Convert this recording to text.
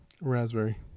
Raspberry